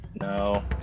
No